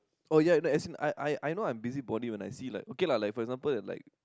oh ya ya as in I I know I am busybody when I see like okay lah like for example like